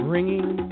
Ringing